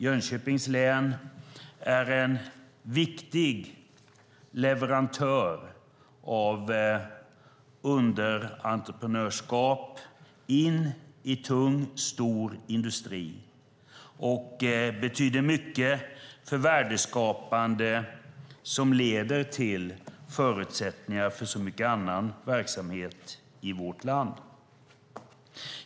Jönköpings län är en viktig leverantör av underentreprenörskap in i tung stor industri. Det betyder mycket för värdeskapande som leder till förutsättningar för så mycket annan verksamhet i vårt land.